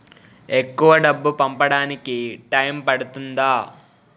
ఎక్కువ డబ్బు పంపడానికి టైం పడుతుందా?